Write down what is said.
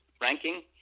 ranking